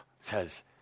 says